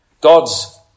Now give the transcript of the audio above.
God's